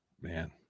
man